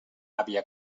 àvia